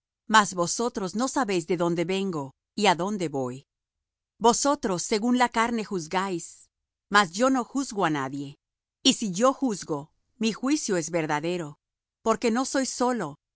mas vosotros no sabéis de dónde vengo y á dónde voy vosotros según la carne juzgáis mas yo no juzgo á nadie y si yo juzgo mi juicio es verdadero porque no soy solo